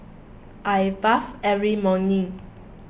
I bathe every morning